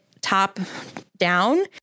top-down